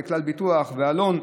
כלל ביטוח ואלון,